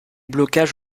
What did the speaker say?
blocages